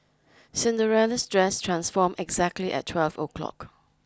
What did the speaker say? Cinderella's dress transformed exactly at twelve o' clock